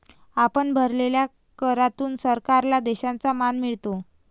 आपण भरलेल्या करातून सरकारला देशाचा मान मिळतो